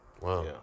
Wow